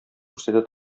күрсәтә